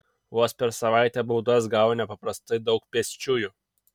vos per savaitę baudas gavo nepaprastai daug pėsčiųjų